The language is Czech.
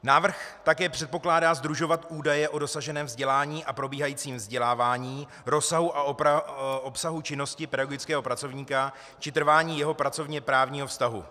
Návrh také předpokládá sdružovat údaje o dosaženém vzdělání a probíhajícím vzdělávání, rozsahu a obsahu činnosti pedagogického pracovníka či trvání jeho pracovněprávního vztahu.